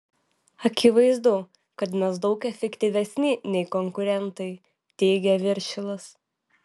akivaizdu kad mes daug efektyvesni nei konkurentai teigia viršilas